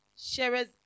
shares